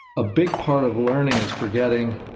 a big part of learning is forgetting.